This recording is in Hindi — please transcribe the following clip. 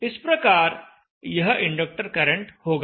इस प्रकार यह इंडक्टर करंट होगा